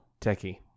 techie